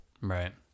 Right